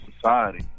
society